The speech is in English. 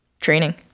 training